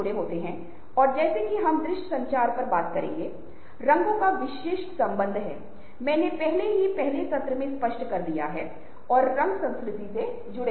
आप देखते हैं कि मैंने जिन प्रमुख विशेषताओं के बारे में बात की है उनमें से कुछ भी जरूरी नहीं है कि पहले नियम ही वायरल हो